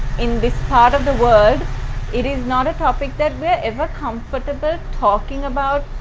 in this part of the world it is not a topic that we're ever comfortable talking about.